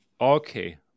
Okay